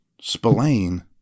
Spillane